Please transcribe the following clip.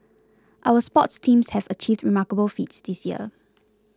our sports teams have achieved remarkable feats this year